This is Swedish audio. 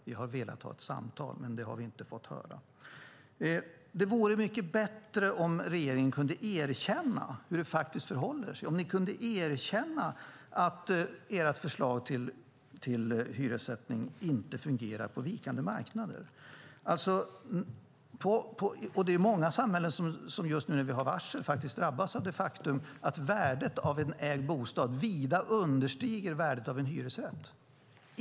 Vi har velat ha ett samtal, men det har vi inte fått ha. Det vore mycket bättre om regeringen kunde erkänna hur det faktiskt förhåller sig, nämligen att ert förslag till hyressättning inte fungerar på vikande marknader. Det är många samhällen som nu när vi har varsel drabbas av det faktum att värdet av en ägd bostad vida understiger värdet av en hyresrätt.